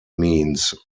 means